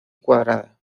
cuadrada